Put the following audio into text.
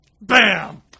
Bam